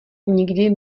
nikdy